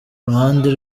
ruhande